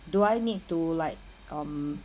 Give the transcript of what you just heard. do I need to like um